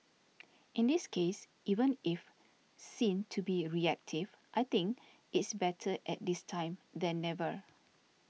in this case even if seen to be reactive I think it's better at this time than never